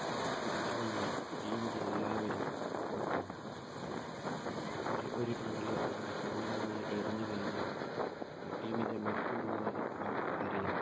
പിടിച്ച് കഴിഞ്ഞാൽ ടീമിലെ എല്ലാവരും പുറത്താകും ഒരു ഒരു ടീമിലെ ഒരാൾ മൂന്ന് തവണ എറിഞ്ഞ് കഴിഞ്ഞാൽ ടീമിലെ മറ്റുള്ളവര് ആൾക്ക് എറിയാം